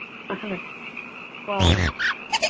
اَہن حظ وعلیکُم السلام